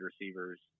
receivers